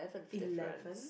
eleven